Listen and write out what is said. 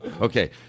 Okay